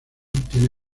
tiene